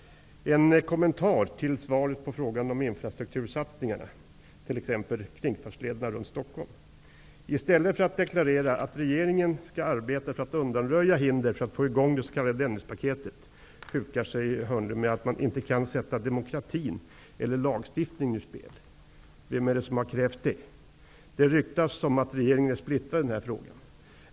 En kommentar till svaret på frågan om infrastruktursatsningarna, t.ex. kringfartslederna runt Stockholm. I stället för att deklarera att regeringen skall arbeta för att undanröja hinder för att få i gång det s.k. Dennispaketet, hukar sig Hörnlund med att man inte kan sätta demokratin eller lagstiftningen ur spel. Vem har krävt det? Det ryktas om att regeringen är splittrad i denna fråga.